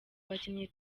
bakinnyi